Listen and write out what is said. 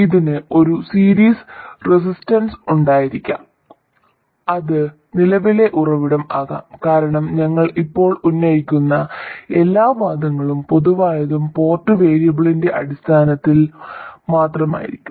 ഇതിന് ഒരു series resistance ഉണ്ടായിരിക്കാം അത് നിലവിലെ ഉറവിടം ആകാം കാരണം ഞങ്ങൾ ഇപ്പോൾ ഉന്നയിക്കുന്ന എല്ലാ വാദങ്ങളും പൊതുവായതും പോർട്ട് വേരിയബിളിന്റെ അടിസ്ഥാനത്തിൽ മാത്രമായിരിക്കും